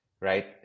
right